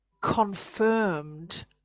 confirmed